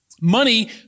Money